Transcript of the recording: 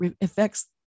affects